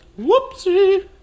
Whoopsie